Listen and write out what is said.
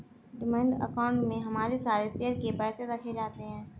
demat account में हमारे सारे शेयर के पैसे रखे जाते हैं